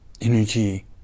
energy